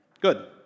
Good